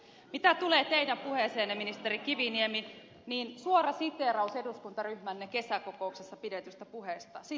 mitä tulee teidän puheeseenne ministeri kiviniemi niin suora siteeraus eduskuntaryhmänne kesäkokouksessa pidetystä puheesta